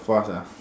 far sia